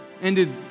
ended